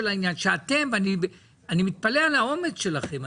העניין שאתם ואני מתפלא על האומץ שלכם,